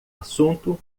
assunto